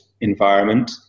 environment